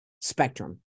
spectrum